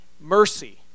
mercy